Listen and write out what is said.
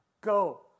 Go